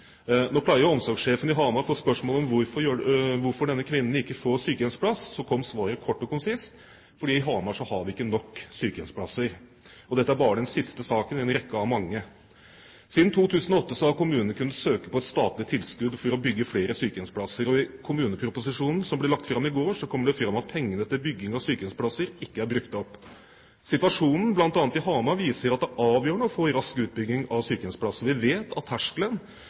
og omsorgssjefen i Hamar fikk spørsmål om hvorfor denne kvinnen ikke får sykehjemsplass, kom svaret kort og konsist: fordi vi i Hamar ikke har nok sykehjemsplasser. Dette er bare den siste saken i en rekke av mange. Siden 2008 har kommunene kunnet søke på et statlig tilskudd for å bygge flere sykehjemsplasser. I kommuneproposisjonen som ble lagt fram i går, kommer det fram at pengene til bygging av sykehjemsplasser ikke er brukt opp. Situasjonen i bl.a. Hamar viser at det er avgjørende å få rask utbygging av sykehjemsplasser. Vi vet at terskelen